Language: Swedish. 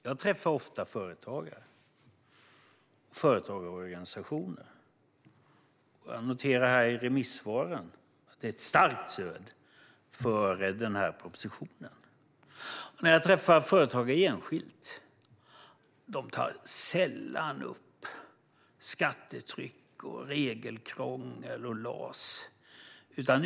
Herr talman! Jag träffar ofta företagare och företagarorganisationer. Jag noterar i remissvaren ett starkt stöd för den här propositionen. När jag träffar företagare enskilt tar de sällan upp skattetryck, regelkrångel eller LAS.